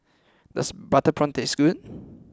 does Butter Prawns taste good